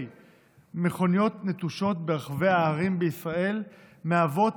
מכונית נטושות ברחבי הערים בישראל מהוות